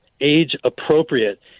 age-appropriate